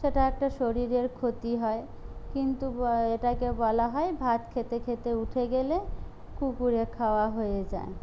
সেটা একটা শরীরের ক্ষতি হয় কিন্তু এটাকে বলা হয় ভাত খেতে খেতে উঠে গেলে কুকুরে খাওয়া হয়ে যায়